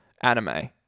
anime